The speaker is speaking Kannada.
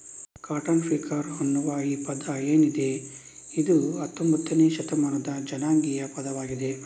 ಕಾಟನ್ಪಿಕರ್ ಅನ್ನುವ ಈ ಪದ ಏನಿದೆ ಇದು ಹತ್ತೊಂಭತ್ತನೇ ಶತಮಾನದ ಜನಾಂಗೀಯ ಪದವಾಗಿದೆ